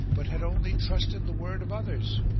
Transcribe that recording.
but had only trusted the word of others.